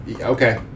okay